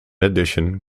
addition